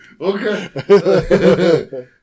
Okay